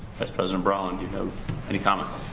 vice president brown do you have any comments?